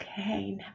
Okay